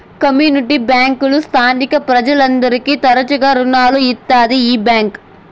community బ్యాంకులు స్థానిక ప్రజలందరికీ తరచుగా రుణాలు ఇత్తాది ఈ బ్యాంక్